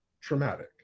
traumatic